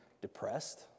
depressed